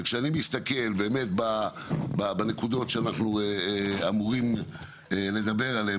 וכשאני מסתכל בנקודות שאנחנו אמורים לדבר עליהן,